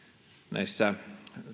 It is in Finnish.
näissä